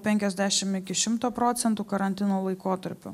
penkiasdešim iki šimto procentų karantino laikotarpiu